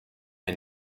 and